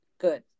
good